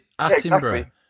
Attenborough